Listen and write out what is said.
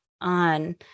on